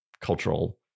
cultural